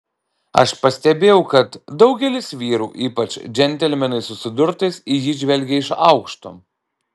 aš pastebėjau kad daugelis vyrų ypač džentelmenai su surdutais į jį žvelgė iš aukšto